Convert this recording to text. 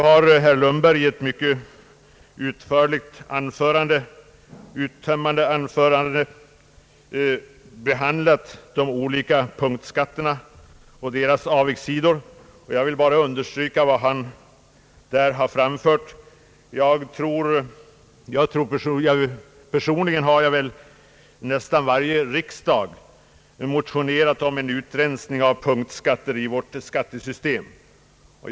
Herr Lundberg har i ett mycket uttömmande anförande behandlat de olika punktskatterna och deras avigsidor, och jag vill understryka vad han har framfört. Personligen har jag nästan varje riksdag motionerat om en utrensning av punktskatier ur vårt skattesystem.